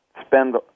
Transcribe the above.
spend